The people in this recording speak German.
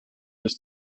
des